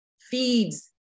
feeds